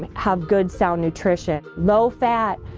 um have good sound nutrition. low fat,